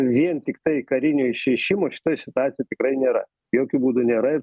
vien tiktai karinio išrišimo šitoj situacijoj tikrai nėra jokiu būdu nėra